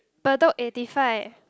Bedok eighty five